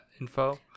info